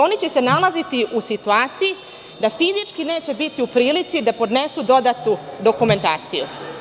Oni će se nalaziti u situaciji da fizički neće biti u prilici da podnesu dodatnu dokumentaciju.